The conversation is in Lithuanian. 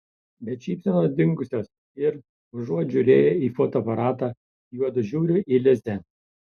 bet šypsenos dingusios ir užuot žiūrėję į fotoaparatą juodu žiūri į lizę